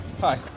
Hi